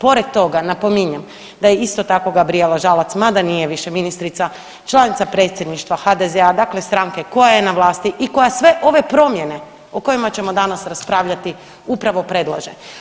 Pored toga napominjem da je isto tako Gabrijela Žalac mada više nije ministrica članica Predsjedništva HDZ-a, dakle stranke koja je na vlasti i koja sve ove promjene o kojima ćemo danas raspravljati upravo predlaže.